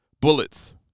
Bullets